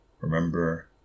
remember